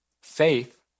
Faith